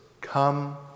Come